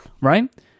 Right